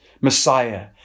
Messiah